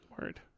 Word